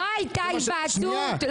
לא הייתה היוועצות.